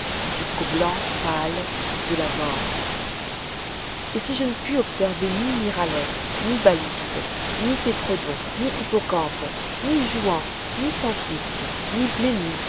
jusqu'au blanc pâle de la mort et si je ne pus observer ni miralets ni balistes ni tétrodons ni hippocampes ni jouans ni centrisques ni